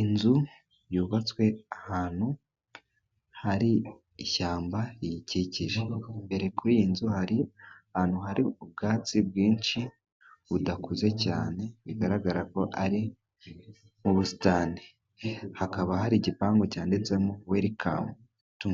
Inzu yubatswe ahantu hari ishyamba riyikikije, imbere kuri iyi nzu hari ahantu hari ubwatsi bwinshi budakuze cyane, bigaragara ko ari mu busitani hakaba hari igipangu cyanditsemo welikamutu,